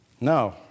No